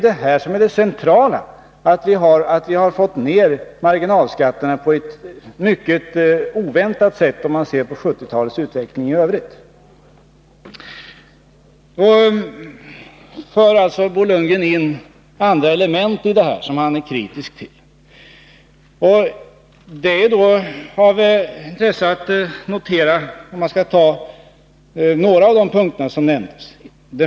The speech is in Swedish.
Det centrala är att vi har fått ned marginalskatterna på ett mycket oväntat sätt, om man ser på resultatet i förhållande till 1970-talets utveckling. Bo Lundgren för in andra element, som han är kritisk till. Låt mig beröra några av de punkter som nämndes.